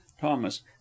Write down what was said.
thomas